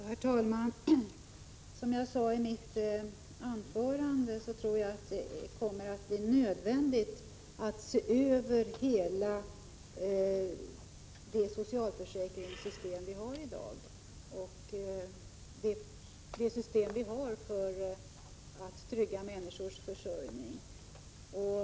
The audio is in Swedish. Herr talman! Som jag sade i mitt anförande tror jag att det kommer att bli nödvändigt att se över hela socialförsäkringssystemet, det system som vi har för att trygga människors försörjning.